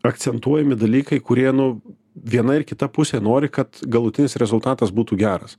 akcentuojami dalykai kurie nu viena ir kita pusė nori kad galutinis rezultatas būtų geras